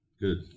Good